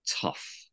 tough